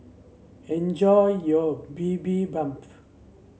enjoy your Bibimbap